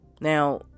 Now